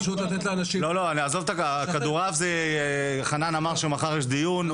לגבי הכדורעף חנן אמר שמחר יש דיון,